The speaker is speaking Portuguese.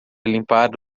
limpar